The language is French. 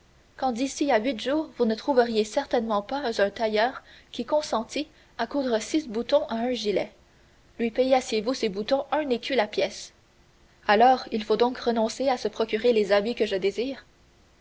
quand d'ici à huit jours vous ne trouveriez certainement pas un tailleur qui consentît à coudre six boutons à un gilet lui payassiez vous ces boutons un écu la pièce alors il faut donc renoncer à se procurer les habits que je désire